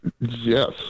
yes